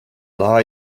daha